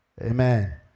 Amen